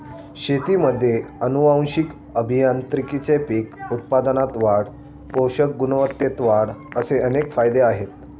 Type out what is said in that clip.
शेतीमध्ये आनुवंशिक अभियांत्रिकीचे पीक उत्पादनात वाढ, पोषक गुणवत्तेत वाढ असे अनेक फायदे आहेत